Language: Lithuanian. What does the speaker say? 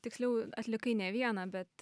tiksliau atlikai ne vieną bet